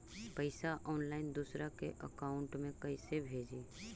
पैसा ऑनलाइन दूसरा के अकाउंट में कैसे भेजी?